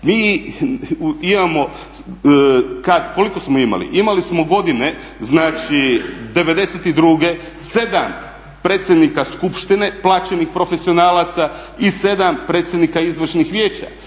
Mi imamo, koliko smo imali? Imali smo godine znači '92. 7 predsjednika skupština plaćenih profesionalaca i 7 predsjednika izvršnih vijeća.